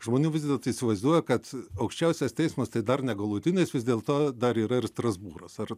žmonių visdėlto įsivaizduoja kad aukščiausias teismas tai dar negalutinis vis dėlto dar yra ir strasbūras ar